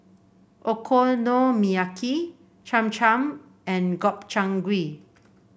Okonomiyaki Cham Cham and Gobchang Gui